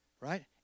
right